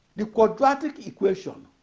the quadratic equation